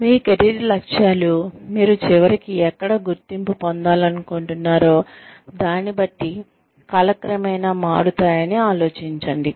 మీ career లక్ష్యాలు మీరు చివరికి ఎక్కడ గుర్తింపు పొందాలనూకుంటున్నారో దాని బట్టి కాలక్రమేణా మారుతాయని ఆలోచించండి